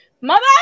mother